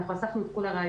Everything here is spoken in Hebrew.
אנחנו אספנו את כל הרעיונות,